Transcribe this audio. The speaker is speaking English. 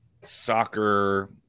soccer